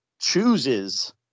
chooses